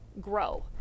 grow